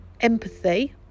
empathy